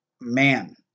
Man